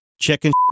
chicken